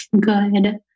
good